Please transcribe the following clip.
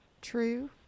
true